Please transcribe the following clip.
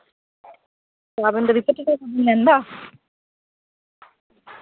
ᱟᱵᱮᱱ ᱫᱚ ᱨᱤᱯᱳᱨᱴᱟᱨ ᱵᱮᱱ ᱢᱮᱱ ᱮᱫᱟ